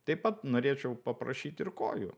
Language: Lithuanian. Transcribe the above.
taip pat norėčiau paprašyt ir kojų